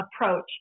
approach